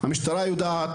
המשטרה יודעת,